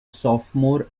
sophomore